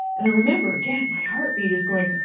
and remember, again, my heart beat is going,